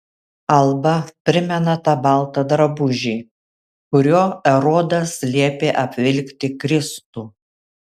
alba primena tą baltą drabužį kuriuo erodas liepė apvilkti kristų